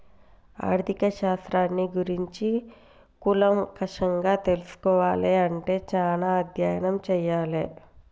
ఆర్ధిక శాస్త్రాన్ని గురించి కూలంకషంగా తెల్సుకోవాలే అంటే చానా అధ్యయనం చెయ్యాలే